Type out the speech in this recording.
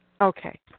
okay